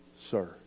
sir